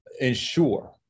ensure